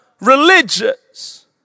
religious